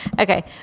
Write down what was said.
Okay